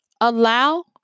allow